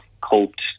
coped